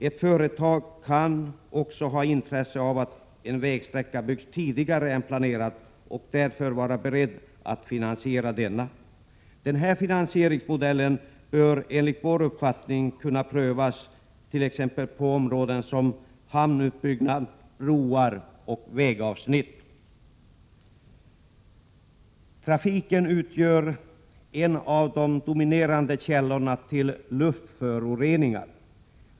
Ett företag kan också ha intresse av att en vägsträcka byggs tidigare än planerat och därför vara berett att finansiera den. Denna finansieringsmodell bör enligt vår uppfattning kunna prövas t.ex. för hamnutbyggnad, broar och vägavsnitt. Trafiken utgör en av de dominerande källorna till luftföroreningar.